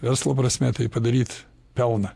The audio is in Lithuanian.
verslo prasme tai padaryt pelną